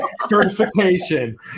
certification